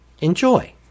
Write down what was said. Enjoy